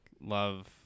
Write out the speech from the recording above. love